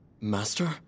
Master